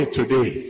today